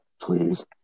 Please